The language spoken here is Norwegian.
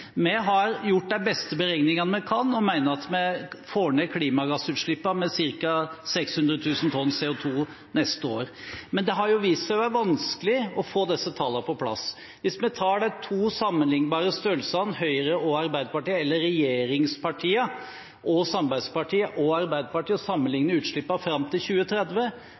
Vi har gjort de beste beregningene vi kan, og mener at vi får ned klimagassutslippene med ca. 600 000 tonn CO 2 neste år. Men det har vist seg å være vanskelig å få disse tallene på plass. Hvis vi tar de to sammenliknbare størrelsene, Høyre og Arbeiderpartiet, eller regjeringspartiene, samarbeidspartiene og Arbeiderpartiet, og sammenlikner utslippene fram til 2030,